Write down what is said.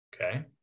okay